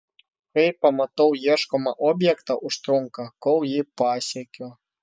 kai pamatau ieškomą objektą užtrunka kol jį pasiekiu